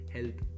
Health